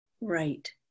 Right